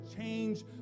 change